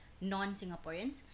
non-Singaporeans